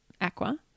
Aqua